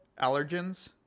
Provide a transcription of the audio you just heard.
allergens